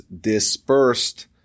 dispersed